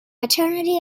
maternity